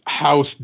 house